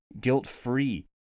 guilt-free